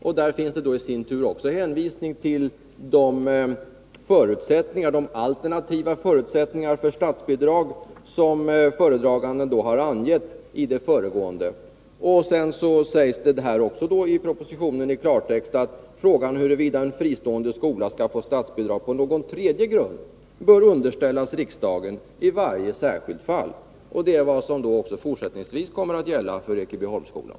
Därunder finns det i sin tur hänvisning till de alternativa förutsättningar för statsbidrag som föredraganden angett i det föregående. Vidare sägs det i klartext i propositionen att frågan huruvida en fristående skola skall få statsbidrag på någon tredje grund bör underställas riksdagen i varje särskilt fall. Det är vad som också fortsättningsvis kommer att gälla för Ekebyholmsskolan.